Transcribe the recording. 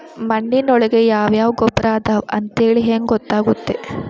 ಮಣ್ಣಿನೊಳಗೆ ಯಾವ ಯಾವ ಗೊಬ್ಬರ ಅದಾವ ಅಂತೇಳಿ ಹೆಂಗ್ ಗೊತ್ತಾಗುತ್ತೆ?